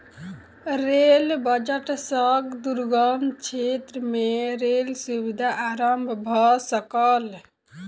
rail budget सॅ दुर्गम क्षेत्र में रेल सुविधा आरम्भ भ सकल